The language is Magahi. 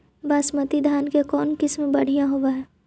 बासमती धान के कौन किसम बँढ़िया होब है?